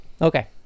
Okay